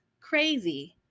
Crazy